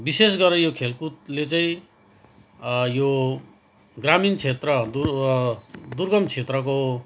विशेष गरेर यो खेलकुदले चाहिँ यो ग्रामीण क्षेत्र दु दुर्गम क्षेत्रको